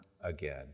again